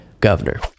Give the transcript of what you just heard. governor